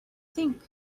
think